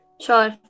sure